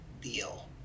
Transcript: deal